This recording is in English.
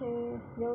okay yours